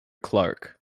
clark